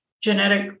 genetic